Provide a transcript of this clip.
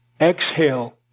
Exhale